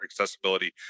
accessibility